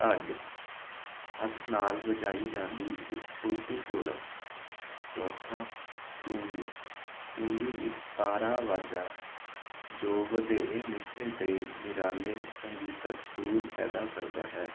ਢੱਡ ਹੱਥ ਨਾਲ ਵਜਾਈ ਜਾਂਦੀ ਇਕ ਛੋਟੀ ਢੋਲਕ ਚੌਥਾ ਤੂੰਬੀ ਤੂੰਬੀ ਇੱਕ ਤਾਰਾ ਵਾਜਾ ਜੋ ਵਧੇਰੇ ਮਿੱਠੇ ਅਤੇ ਨਿਰਾਲੇ ਸੰਗੀਤਕ ਸੁਰ ਪੈਦਾ ਕਰਦਾ ਹੈ